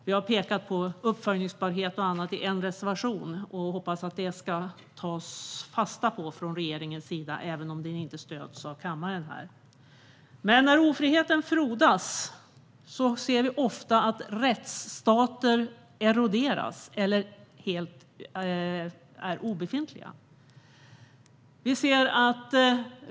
Centerpartiet har i en reservation pekat på frågor om uppföljning, och vi hoppas att regeringen kommer att ta fasta på de frågorna även om reservationen inte stöds av kammaren. När ofriheten frodas ser vi ofta att rättsstater eroderar eller blir helt obefintliga.